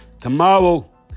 tomorrow